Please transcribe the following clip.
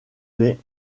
les